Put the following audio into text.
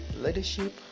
leadership